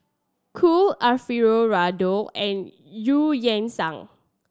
Cool Alfio Raldo and Eu Yan Sang